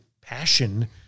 passion